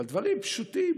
אבל דברים פשוטים,